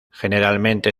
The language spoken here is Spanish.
generalmente